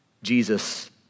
Jesus